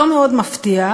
לא מאוד מפתיע,